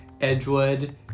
Edgewood